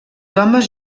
homes